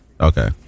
Okay